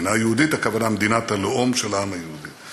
מדינה יהודית, הכוונה: מדינת הלאום של העם היהודי.